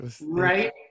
right